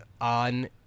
on